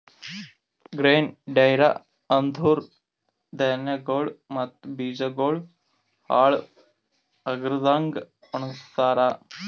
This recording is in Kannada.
ಗ್ರೇನ್ ಡ್ರ್ಯೆರ ಅಂದುರ್ ಧಾನ್ಯಗೊಳ್ ಮತ್ತ ಬೀಜಗೊಳ್ ಹಾಳ್ ಆಗ್ಲಾರದಂಗ್ ಒಣಗಸ್ತಾರ್